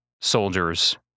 soldiers